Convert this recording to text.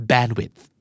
Bandwidth